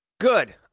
Good